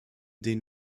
den